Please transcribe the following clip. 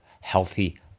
healthy